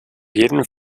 jeden